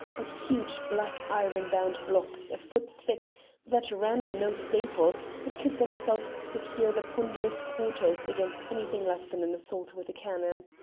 but huge black iron-bound blocks a foot thick that ran in no staples, but could themselves secure the ponderous portals against anything less than an assault with cannon.